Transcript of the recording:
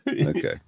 Okay